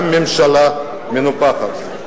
גם הממשלה מנופחת.